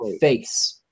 face